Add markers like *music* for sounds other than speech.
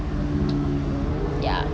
*noise* oh